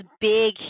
big